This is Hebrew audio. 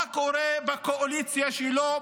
מה קורה בקואליציה שלו,